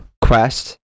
Quest